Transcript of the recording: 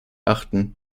achten